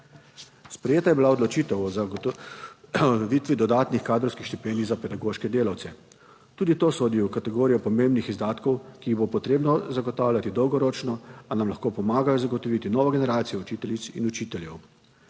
Sprejeta je bila odločitev o zagotovitvi dodatnih kadrovskih štipendij za pedagoške delavce. Tudi to sodi v kategorijo pomembnih izdatkov, ki jih bo potrebno zagotavljati dolgoročno, a nam lahko pomagajo zagotoviti novo generacijo učiteljic in učiteljev